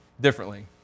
differently